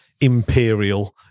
imperial